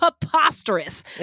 preposterous